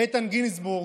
איתן גינזבורג,